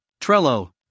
Trello